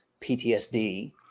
ptsd